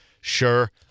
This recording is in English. sure